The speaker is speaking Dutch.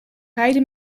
rijden